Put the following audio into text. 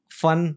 fun